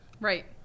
right